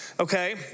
Okay